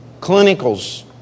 Clinicals